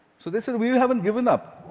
so they said, we we haven't given up.